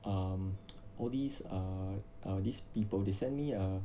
um all these are these people they sent me a